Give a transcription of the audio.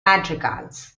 madrigals